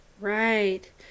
Right